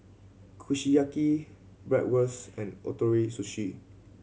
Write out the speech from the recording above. Kushiyaki Bratwurst and Ootoro Sushi